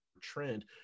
trend